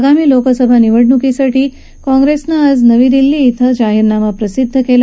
आगामी लोकसभा निवडणुकीसाठी काँग्रेस पक्षानं आज नवी दिल्ली इथं जाहीरनामा प्रसिद्ध केला